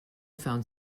found